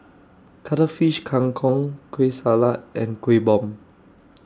Cuttlefish Kang Kong Kueh Salat and Kuih Bom